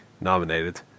nominated